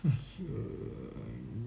err